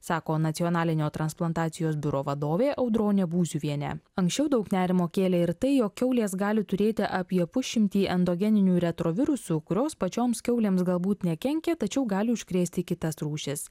sako nacionalinio transplantacijos biuro vadovė audronė būziuvienė anksčiau daug nerimo kėlė ir tai jog kiaulės gali turėti apie pusšimtį endogeninių retrovirusų kurios pačioms kiaulėms galbūt nekenkia tačiau gali užkrėsti kitas rūšis